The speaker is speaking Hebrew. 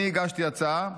אני הגשתי הצעה,